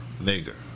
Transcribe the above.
nigger